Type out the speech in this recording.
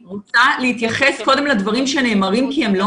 אני רוצה קודם להתייחס לדברים שנאמרים כי הם לא